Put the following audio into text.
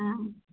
হ্যাঁ